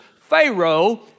Pharaoh